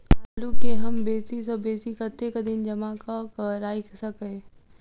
आलु केँ हम बेसी सऽ बेसी कतेक दिन जमा कऽ क राइख सकय